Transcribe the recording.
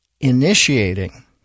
initiating